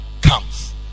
comes